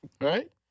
Right